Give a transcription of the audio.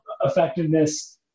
effectiveness